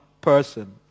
person